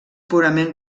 purament